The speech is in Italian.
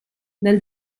nel